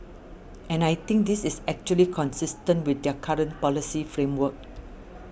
and I think this is actually consistent with their current policy framework